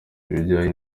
ibijyanye